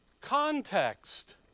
context